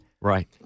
Right